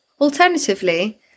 Alternatively